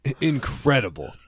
Incredible